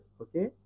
okay